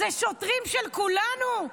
אלו שוטרים של כולנו.